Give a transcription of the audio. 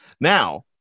Now